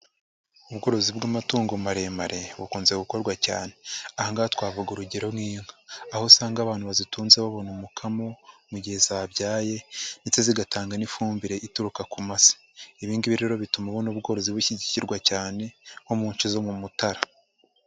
Ubworozi bw'amatungo maremare bukunze gukorwa cyane, aha ngaha twavuga urugero nk'inka, aho usanga abantu bazitunze babona umukamo mu gihe zabyaye ndetse zigatanga n'ifumbire ituruka ku mase, ibi ngibi rero bituma ubona ubworozi bushyigikirwa cyane nko mu nce zo mu Mutara.